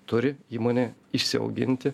turi įmonė išsiauginti